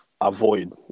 avoid